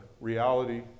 reality